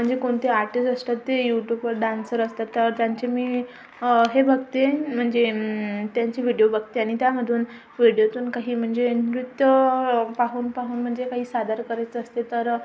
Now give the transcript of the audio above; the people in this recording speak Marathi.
म्हणजे कोणते आर्टिस्ट असतात ते युटूबवर डान्सर असतात तर त्यांचे मी हे बघते म्हणजे त्यांचे व्हिडीओ बघते आणि त्यामधून व्हिडीओतून काही म्हणजे नृत्य पाहून पाहून म्हणजे काही सादर करायचं असते तर